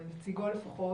או את נציגו לפחות,